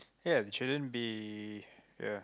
ya it shouldn't be ya